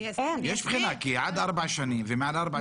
יש בחינה, כי עד ארבע שנים ומעל ארבע שנים.